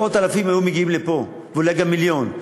מאות אלפים היו מגיעים לפה ואולי גם מיליון.